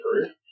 career